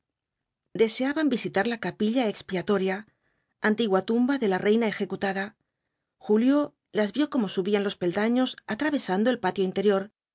deseaban visitar la capilla expiatoria antigua tumba de la reina ejecutada julio las vio cómo subían los peldaños atravesando el patio interior